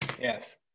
Yes